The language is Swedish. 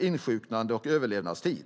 i insjuknande och överlevnadstid.